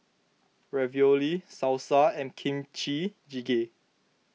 Ravioli Salsa and Kimchi Jjigae